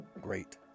great